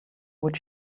what